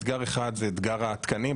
אתגר אחד זה אתגר התקנים.